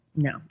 No